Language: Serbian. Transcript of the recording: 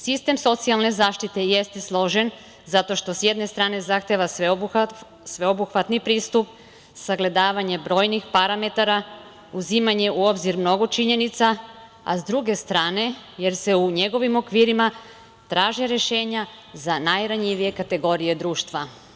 Sistem socijalne zaštite jeste složen zato što s jedne strane zahteva sveobuhvatni pristup, sagledavanje brojnih parametara, uzimanje u obzir mnogo činjenica, a s druge strane, jer se u njegovim okvirima traže rešenja za najranjivije kategorije društva.